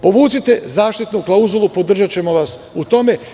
Povucite zaštitnu klauzulu, podržaćemo vas u tome.